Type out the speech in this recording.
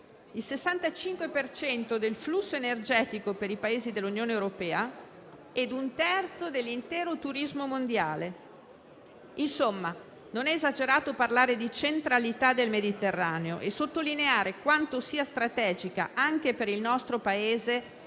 cento del flusso energetico per i Paesi dell'Unione europea e un terzo dell'intero turismo mondiale. Insomma, non è esagerato parlare di centralità del Mediterraneo e sottolineare quanto sia strategica - anche per il nostro Paese